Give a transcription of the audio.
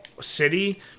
city